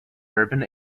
urban